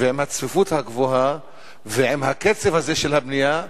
ועם הצפיפות הגבוהה ועם הקצב הזה של הבנייה,